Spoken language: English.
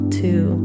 two